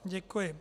Děkuji.